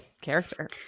character